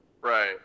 Right